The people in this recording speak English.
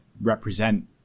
represent